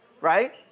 right